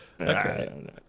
okay